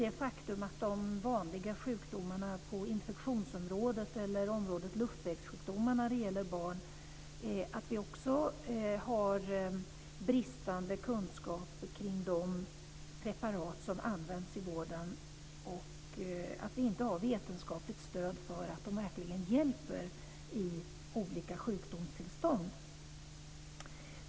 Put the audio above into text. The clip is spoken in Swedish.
Jag hoppas att vi inte har bristande kunskap om de preparat som används i vården när det gäller de vanliga sjukdomarna på infektionsområdet eller luftvägssjukdomar hos barn. Jag hoppas att vi har vetenskapligt stöd för att de verkligen hjälper vid olika sjukdomstillstånd.